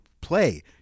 play